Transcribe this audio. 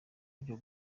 byo